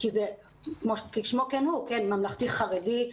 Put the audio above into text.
כי כשמו כן הוא: ממלכתי-חרדי,